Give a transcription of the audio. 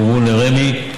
יועברו לרמ"י,